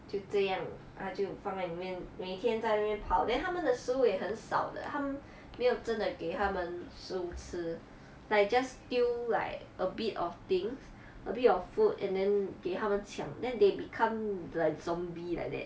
就这样他就放在里面每天在那边跑 then 他们的食物也很少的他们没有真的给他们食物吃 like just still like a bit of things a bit of food and then 给他们抢 then they become like zombie like that